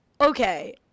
Okay